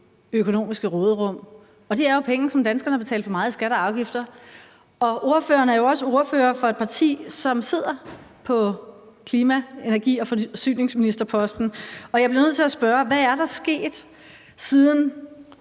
økonomiske råderum. Det er jo penge, som danskerne har betalt for meget i skatter og afgifter. Ordføreren er jo også ordfører for et parti, som sidder på klima-, energi- og forsyningsministerposten, og jeg bliver nødt til at spørge: Hvad er der sket, siden